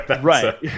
Right